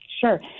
Sure